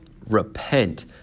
repent